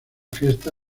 fiesta